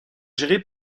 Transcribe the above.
gérés